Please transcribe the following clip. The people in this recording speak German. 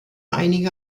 einige